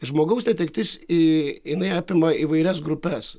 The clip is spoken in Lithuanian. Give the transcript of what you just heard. žmogaus netektis iii jinai apima įvairias grupes